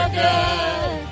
good